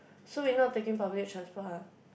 so we not taking public transport ah